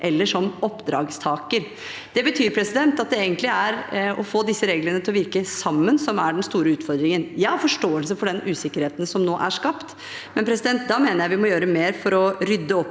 eller som en oppdragstaker. Det betyr at det er å få disse reglene til å virke sammen som er den store utfordringen. Jeg har forståelse for den usikkerheten som nå er skapt, men da mener jeg vi må gjøre mer for å rydde opp